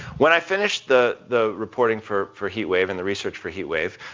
when i finished the the reporting for for heat wave and the research for heat wave,